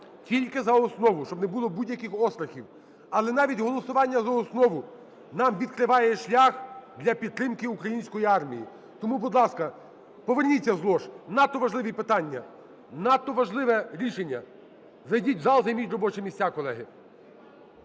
тільки за основу, щоб не було будь-яких острахів. Але навіть голосування за основу нам відкриває шлях для підтримки української армії. Тому, будь ласка, поверніться з лож, надто важливі питання, надто важливе рішення, зайдіть в зал, займіть робочі місця, колеги.